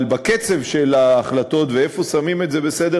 אבל בקצב של ההחלטות ואיפה שמים את זה בסדר